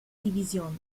división